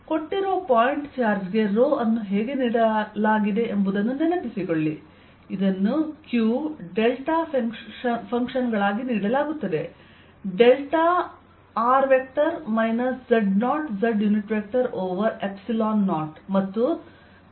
ಕೊಟ್ಟಿರುವ point charge ಗೆ rho ಅನ್ನು ಹೇಗೆ ನೀಡಲಾಗಿದೆ ಎಂಬುದನ್ನು ನೆನಪಿಸಿಕೊಳ್ಳಿ ಇದನ್ನು q ಡೆಲ್ಟಾ ಫಂಕ್ಶನ್ ಗಳಾಗಿ ನೀಡಲಾಗುತ್ತದೆ ಡೆಲ್ಟಾಓವರ್ 0 ಮತ್ತು z0 ನಲ್ಲಿ V0 ಆಗಿರುತ್ತದೆ